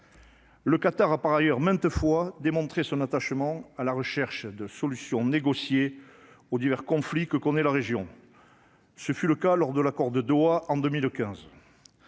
Le Qatar a par ailleurs maintes fois démontré son attachement à la recherche de solutions négociées aux divers conflits que qu'on ait la région, ce fut le cas lors de l'accord de Doha en 2015.